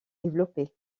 développé